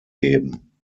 geben